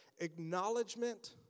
acknowledgement